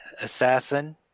assassin